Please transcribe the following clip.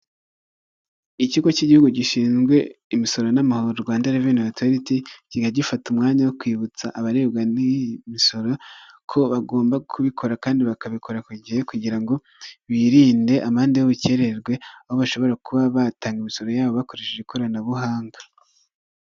Ikigo cy'igihugu gishinzwe imisoro n'amahoro Rwanda Reveni Otoriti, kijya gifata umwanya wo kwibutsa abarebwa n'imisoro ko bagomba kubikora kandi bakabikora ku gihe, kugira ngo birinde amande y'ubukererwe, aho bashobora kuba batanga imisoro yabo bakoresheje ikoranabuhanga.